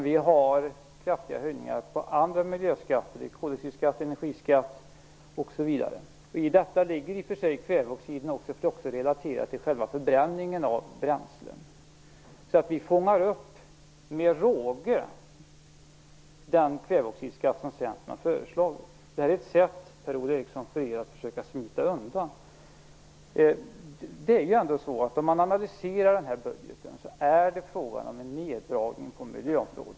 Vi har kraftiga höjningar på andra miljöskatter - koldioxidskatt, energiskatt osv. I detta ligger i och för sig också kväveoxiden, för den är relaterad till själva förbränningen av bränslen. Vi fångar med råge upp det förslag om kväveoxidskatt som Centern har. Detta är ett sätt för er, Per-Ola Eriksson, att försöka smita undan. Om man analyserar budgeten ser man att det är frågan om en neddragning på miljöområdet.